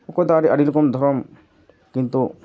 ᱚᱠᱚᱭ ᱫᱚ ᱟᱹᱰᱤ ᱨᱚᱠᱚᱢ ᱫᱷᱚᱨᱚᱢ ᱠᱤᱱᱛᱩ